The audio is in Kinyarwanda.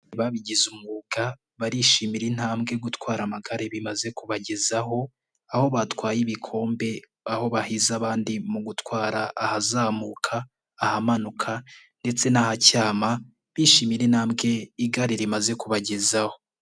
Ababigize umwuga barishimira intambwe gutwara amagare bimaze kubagezaho, aho batwaye ibikombe, aho bahize abandi mu gutwara ahazamuka, ahamanuka ndetse n'ahacyama, bishimira intambwe igare rimaze kubagezaho.